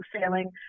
sailing